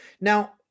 now